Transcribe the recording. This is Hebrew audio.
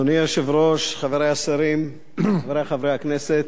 אדוני היושב-ראש, חברי השרים, חברי חברי הכנסת,